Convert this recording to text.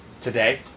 today